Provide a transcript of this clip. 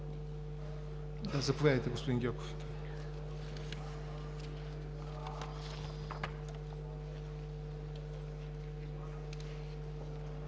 Заповядайте, господин Гьоков.